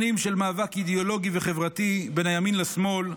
שנים של מאבק אידיאולוגי וחברתי בין הימין לשמאל,